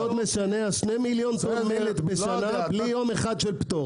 בלי יום אחד של פטור.